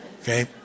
Okay